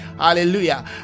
hallelujah